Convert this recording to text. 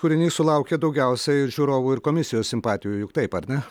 kūrinys sulaukė daugiausiai žiūrovų ir komisijos simpatijų juk taip ar ne